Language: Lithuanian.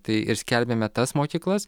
tai ir skelbiame tas mokyklas